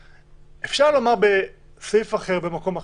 אפשר לומר בסעיף אחר, במקום אחר,